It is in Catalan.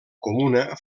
comuna